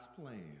plan